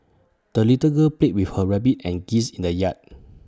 the little girl played with her rabbit and geese in the yard